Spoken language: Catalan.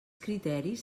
criteris